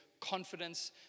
confidence